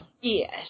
Yes